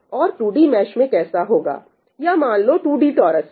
और 2D mesh में कैसा होगा या मान लो 2D टोरस में